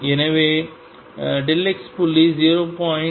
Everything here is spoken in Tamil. எனவே x புள்ளி 0